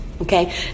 Okay